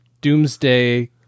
doomsday